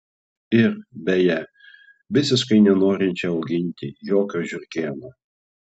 ir beje visiškai nenorinčią auginti jokio žiurkėno